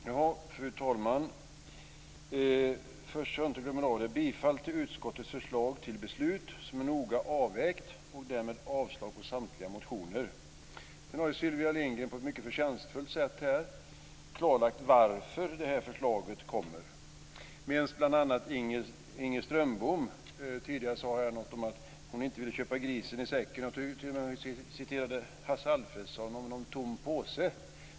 Fru talman! Först, så att jag inte glömmer det, vill jag yrka bifall till utskottets förslag till beslut som är noga avvägt och därmed yrkar jag på att samtliga motioner avstyrks. Sylvia Lindgren har på ett mycket förtjänstfullt sätt klarlagt varför det här förslaget kommer, medan bl.a. Inger Strömbom tidigare här sade något om att hon inte ville köpa grisen i säcken. Jag tror att hon t.o.m. citerade Hasse Alfredsson om någon tom påse.